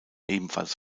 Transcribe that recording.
ebenfalls